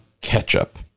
ketchup